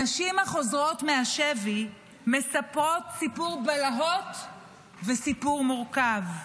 הנשים החוזרות מהשבי מספרות סיפור בלהות וסיפור מורכב,